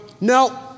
No